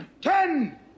Ten